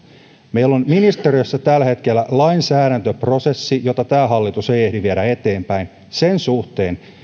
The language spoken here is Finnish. meillä on ministeriössä tällä hetkellä lainsäädäntöprosessi jota tämä hallitus ei ehdi viedä eteenpäin sen suhteen